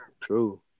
true